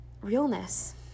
realness